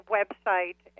website